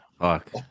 Fuck